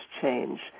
change